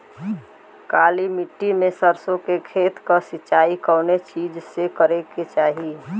काली मिट्टी के सरसों के खेत क सिंचाई कवने चीज़से करेके चाही?